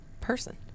person